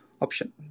option